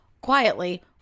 quietly